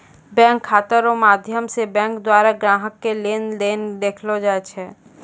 bank खाता रो माध्यम से बैंक द्वारा ग्राहक के लेन देन देखैलो जाय छै